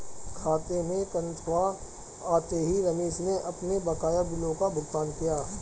खाते में तनख्वाह आते ही रमेश ने अपने बकाया बिलों का भुगतान किया